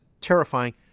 Terrifying